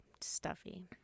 stuffy